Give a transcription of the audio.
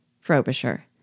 Frobisher